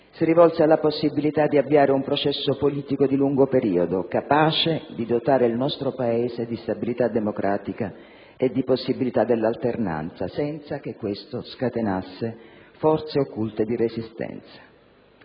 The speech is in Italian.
Si rivolse alla possibilità di avviare un processo politico di lungo periodo, capace di dotare il nostro Paese di stabilità democratica e di possibilità dell'alternanza, senza che questo scatenasse forze occulte di resistenza.